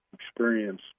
experience